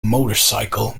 motorcycle